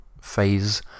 phase